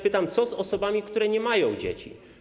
Pytam: Co z osobami, które nie mają dzieci?